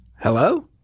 Hello